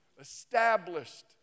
established